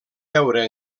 veure